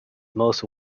most